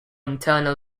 internal